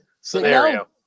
scenario